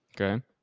Okay